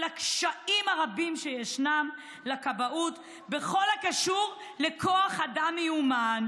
על הקשיים הרבים שישנם לכבאות בכל הקשור לכוח אדם מיומן,